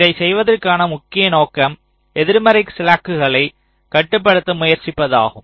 இதைச் செய்வதற்கான முக்கிய நோக்கம் எதிர்மறை ஸ்லாக்குகளை கட்டுப்படுத்த முயற்சிப்பதாகும்